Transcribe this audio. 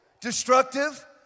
destructive